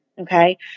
Okay